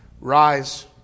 Rise